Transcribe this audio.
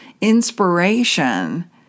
inspiration